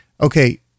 Okay